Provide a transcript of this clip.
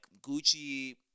gucci